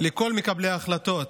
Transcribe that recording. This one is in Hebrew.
לכל מקבלי ההחלטות: